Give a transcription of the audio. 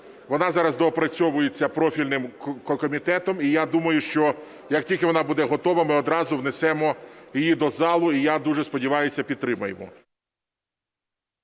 вона зараз доопрацьовується профільним комітетом. І я думаю, що як тільки вона буде готова, ми одразу внесемо її до залу, і я дуже сподіваюся, підтримаємо.